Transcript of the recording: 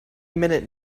minute